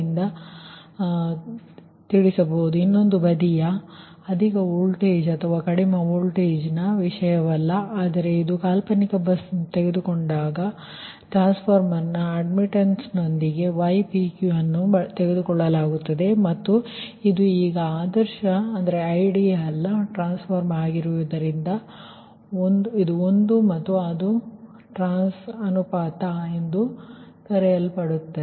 ಮತ್ತು ಇದು ಟ್ರಾನ್ಸ್ಫಾರ್ಮರ್ನ ಇನ್ನೊಂದು ಬದಿಯ ಅಧಿಕ ವೋಲ್ಟೇಜ್ ಅಥವಾ ಕಡಿಮೆ ವೋಲ್ಟೇಜ್ ವಿಷಯವಲ್ಲ ಆದರೆ ಒಂದು ಕಾಲ್ಪನಿಕ ಬಸ್ ತೆಗೆದುಕೊಂಡು ಟ್ರಾನ್ಸ್ಫಾರ್ಮರ್ನ ಅಡ್ಮಿಟ್ಟನ್ಸದೊಂದಿಗೆ ypq ಅನ್ನು ತೆಗೆದುಕೊಳ್ಳಲಾಗುತ್ತದೆ ಮತ್ತು ಇದು ಈಗ ಆದರ್ಶ ಟ್ರಾನ್ಸ್ಫಾರ್ಮರ್ ಆಗಿರುವುದರಿಂದ ಮತ್ತು ಇದು ಒಂದು ಮತ್ತು ಅದು ನಿಮ್ಮ ಟ್ರಾನ್ಸ್ ಅನುಪಾತ ಎಂದು ಕರೆಯಲ್ಪಡುತ್ತದೆ